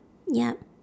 yup